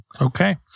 Okay